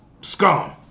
scum